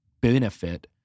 benefit